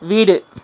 வீடு